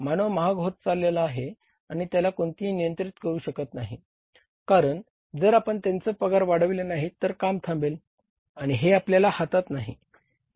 मानव महाग होत चालला आहे आणि त्याला कोणीही नियंत्रित करू शकत नाही कारण जर आपण त्यांचे पगार वाढवले नाही तर काम थांबेल आणि हे आपल्या हातात नाही